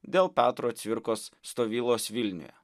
dėl petro cvirkos stovylos vilniuje